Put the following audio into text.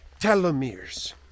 Telomeres